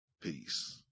Peace